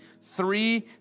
three